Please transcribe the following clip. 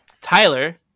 Tyler